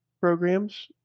programs